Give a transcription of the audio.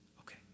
okay